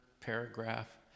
paragraph